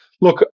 look